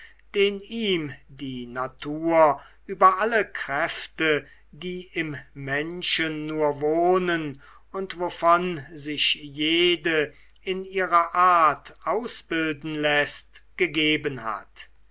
den ihm die natur über alle kräfte die im menschen nur wohnen und wovon sich jede in ihrer art ausbilden läßt gegeben hat